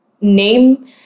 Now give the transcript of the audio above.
name